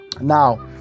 now